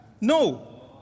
No